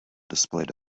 displayed